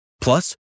Plus